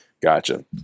Gotcha